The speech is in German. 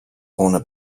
ohne